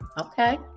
Okay